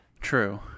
True